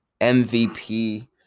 MVP